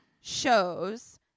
shows